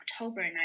October